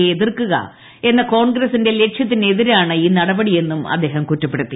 യെ എതിർക്കുക എന്ന കോൺഗ്രസിന്റെ ലക്ഷ്യത്തിനെതിരാണ് ഈ നടപടിയെന്നും അദ്ദേഹം കുറ്റപ്പെടുത്തി